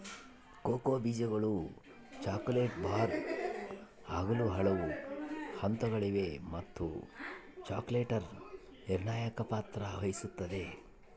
cocoa ಬೀಜಗಳು chocolate bar ಆಗಲು ಹಲವು ಹಂತಗಳಿವೆ ಮತ್ತು ಚಾಕೊಲೇಟರ್ ನಿರ್ಣಾಯಕ ಪಾತ್ರ ವಹಿಸುತ್ತದ